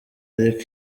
ariko